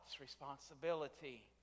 responsibility